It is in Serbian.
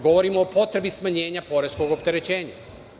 Govorimo o potrebi smanjenja poreskog opterećenja.